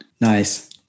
Nice